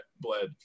bled